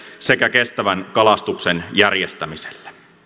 sekä kestävän kalastuksen järjestämiselle